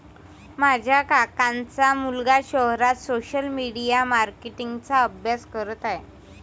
माझ्या काकांचा मुलगा शहरात सोशल मीडिया मार्केटिंग चा अभ्यास करत आहे